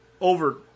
over